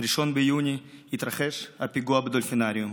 ב-1 ביוני התרחש פיגוע בדולפינריום,